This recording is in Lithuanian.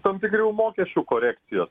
tam tikrų mokesčių korekcijos